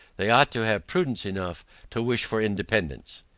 they ought to have prudence enough to wish for independance.